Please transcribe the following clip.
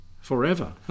forever